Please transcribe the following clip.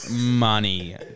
money